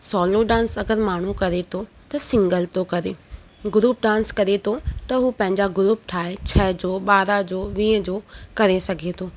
solo dance अगरि माण्हू करे थो त उहो सिंगल थो करे ग्रूप डांस करे थो त हू पंहिंजा ग्रूप ठाहे छह जो ॿारहं जो वीह जो करे सघे थो